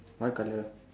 what colour